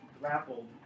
grappled